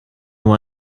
nur